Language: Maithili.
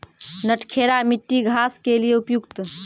नटखेरा मिट्टी घास के लिए उपयुक्त?